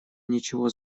ничего